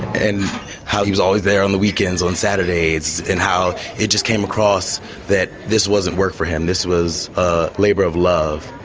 and how he was always there on the weekends on saturdays and how it just came across that this wasn't work for him, this was a labour of love.